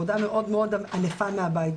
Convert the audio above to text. עבודה מאוד מאוד ענפה מהבית.